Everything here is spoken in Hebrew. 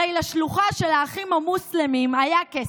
הרי לשלוחה של האחים המוסלמים היה כסף,